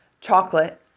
chocolate